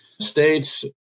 states